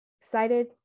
excited